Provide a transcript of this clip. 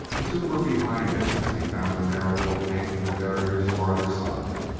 the two were behind him as he found the narrow opening in the barrier's farther side,